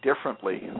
differently